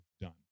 done